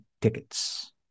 tickets